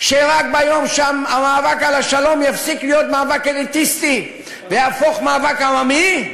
שרק ביום שהמאבק על השלום יפסיק להיות מאבק אליטיסטי ויהפוך למאבק עממי,